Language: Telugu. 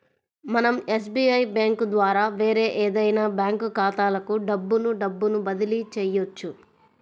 మనం ఎస్బీఐ బ్యేంకు ద్వారా వేరే ఏదైనా బ్యాంక్ ఖాతాలకు డబ్బును డబ్బును బదిలీ చెయ్యొచ్చు